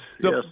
yes